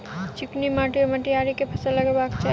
चिकनी माटि वा मटीयारी मे केँ फसल लगाएल जाए?